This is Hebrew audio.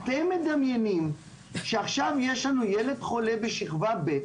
אתם מדמיינים שעכשיו יש לנו ילד חולה בשכבה ב',